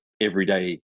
everyday